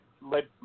let